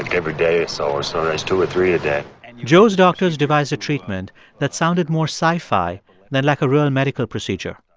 every day or so, or so sometimes two or three a day joe's doctors devised a treatment that sounded more sci-fi than like a real medical procedure.